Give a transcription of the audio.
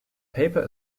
paper